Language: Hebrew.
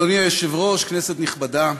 אדוני היושב-ראש, כנסת נכבדה,